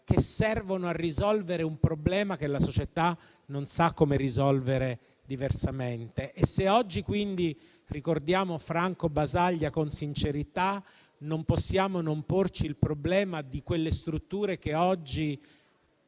che servono a risolvere un problema che la società non sa come risolvere diversamente. Se oggi, quindi, ricordiamo Franco Basaglia con sincerità, non possiamo non porci il problema di quelle strutture che oggi